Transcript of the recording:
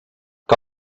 que